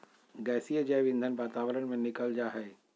गैसीय जैव ईंधन वातावरण में निकल जा हइ